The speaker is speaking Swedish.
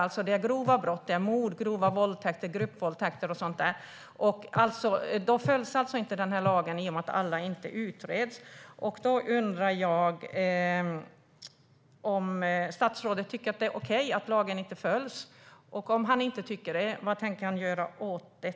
Det är grova brott såsom mord, grova våldtäkter, gruppvåldtäkter och sådant. Lagen följs inte i och med att alla inte utreds. Tycker statsrådet att det är okej att lagen inte följs? Om inte, vad tänker han göra åt det?